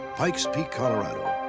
pikes peak, colorado,